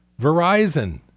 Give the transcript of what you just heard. Verizon